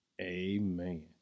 Amen